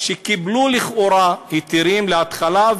שקיבלו לכאורה היתרים להתחלה,